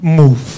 move